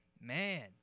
Man